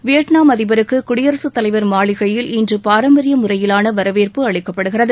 Vietnam அதிபருக்கு குடியரசுத்தலைவர் மாளிகையில் இன்று பாரம்பரிய முறையிவான வரவேற்பு அளிக்கப்படுகிறது